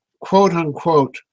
quote-unquote